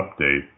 update